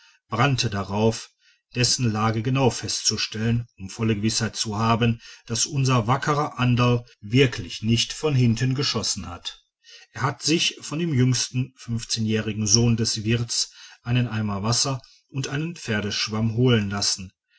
brannte darauf dessen lage genau festzustellen um volle gewißheit zu haben daß unser wackerer anderl wirklich nicht von hinten geschossen hatte er hatte sich von dem jüngsten fünfzehnjährigen sohn des wirts einen eimer wasser und einen pferdeschwamm holen lassen